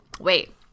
wait